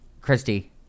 Christy